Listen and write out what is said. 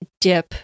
dip